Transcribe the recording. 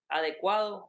adecuado